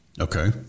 Okay